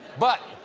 but